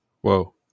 Whoa